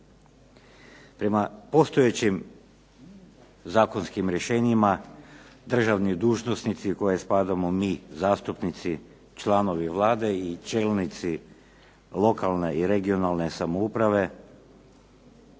Prema postojećim zakonskim rješenjima državni dužnosnici u koje spadamo mi zastupnici, članovi Vlade i čelnici lokalne i regionalne samouprave